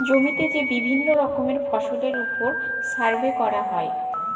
জমিতে যে বিভিল্য রকমের ফসলের ওপর সার্ভে ক্যরা হ্যয়